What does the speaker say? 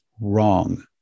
wrong